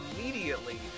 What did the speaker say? immediately